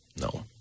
No